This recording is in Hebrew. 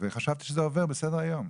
וחשבתי שזה עובר בסדר היום.